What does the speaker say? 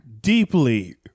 deeply